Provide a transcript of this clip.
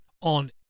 on